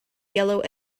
yellow